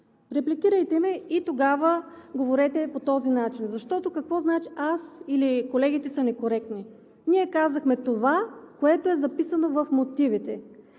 Репликирайте ме и тогава говорете по този начин. Защото какво значи аз или колегите са некоректни? Ние казахме това, което е записано в мотивите.